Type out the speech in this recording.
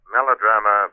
Melodrama